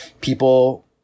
people